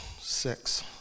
six